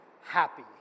happy